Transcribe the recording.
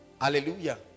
hallelujah